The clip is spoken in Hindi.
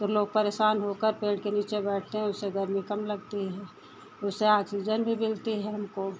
तो लोग परेशान होकर पेड़ के नीचे बैठते हैं उससे गर्मी कम लगती है उससे ऑक्सीजन भी मिलता है हमको